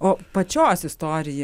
o pačios istorija